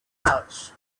pouch